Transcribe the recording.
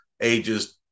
ages